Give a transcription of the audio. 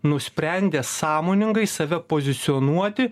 nusprendė sąmoningai save pozicionuoti